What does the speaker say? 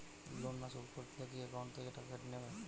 Loan না শোধ করলে কি একাউন্ট থেকে টাকা কেটে নেবে?